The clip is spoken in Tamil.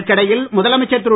இதற்கிடையில் முதலமைச்சர் திரு